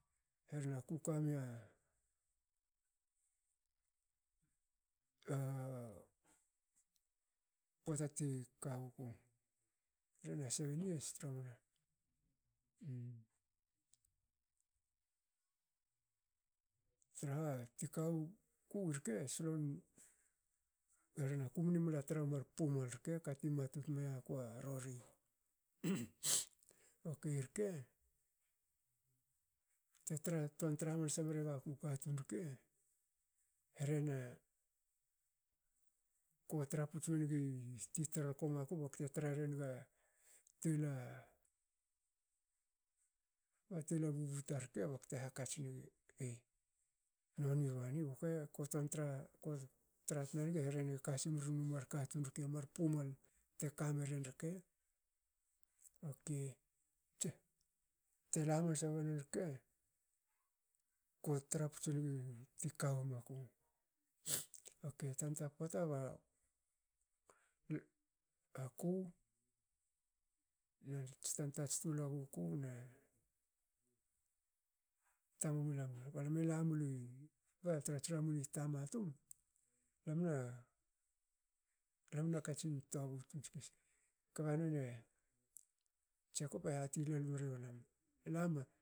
Herna ku kamia pota ti ka wuku traha ti ka wuku rke solon rehena kumnu mla tru mar pumal rke kati matut miakua rori. okei irke pota tna ton tra hamansa mregaku katun rke. harene kotra puts wenigi ti terko maku bakte tra renaga tol a bubu tar rke bakte hakatsi nenigi noni bani boka ko ton tra- tra tna nigi herena kasmenugu mar katun rke pumal te kameren rke. okei tela hamansa weren rke kotra puts nigi ti ka womaku okei tanta pota ba aku nats tan tats tuluaguku ne tam mulam balme lamuli ba trats ramun i tama tum lamna lamna katsin tobu tun tskis kba none jecop e hati lol rio lam- lame